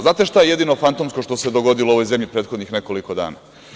Znate šta je jedino fantomsko što se dogodilo u ovoj zemlji prethodnih nekoliko dana?